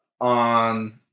on